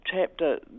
chapter